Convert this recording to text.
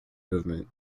movement